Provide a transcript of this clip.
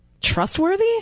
Trustworthy